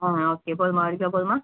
ஆ okay போதுமா அரை kilo போதுமா